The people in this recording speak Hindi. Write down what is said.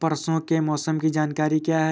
परसों के मौसम की जानकारी क्या है?